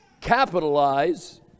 capitalize